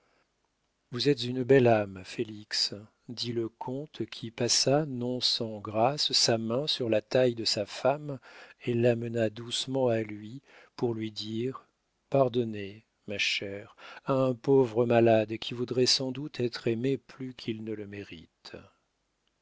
vous êtes une belle âme félix dit le comte qui passa non sans grâce sa main sur la taille de sa femme et l'amena doucement à lui pour lui dire pardonnez ma chère à un pauvre malade qui voudrait sans doute être aimé plus qu'il ne le mérite